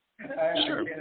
sure